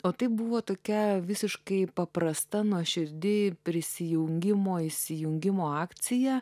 o tai buvo tokia visiškai paprasta nuoširdi prisijungimo įsijungimo akcija